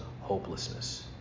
hopelessness